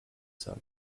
son